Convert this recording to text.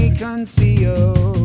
conceal